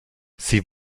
sie